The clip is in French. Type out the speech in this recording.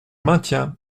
maintiens